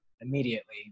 immediately